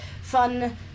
fun